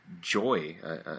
joy